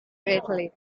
italy